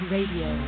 Radio